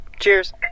Cheers